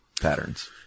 patterns